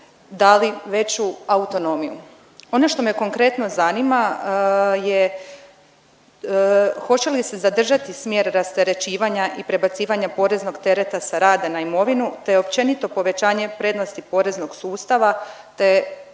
veću autonomiju. Ono što me konkretno zanima je hoće li se zadržati smjer rasterećivanja i prebacivanja poreznog tereta sa rada na imovinu, te općenito povećanje prednosti poreznog sustava, te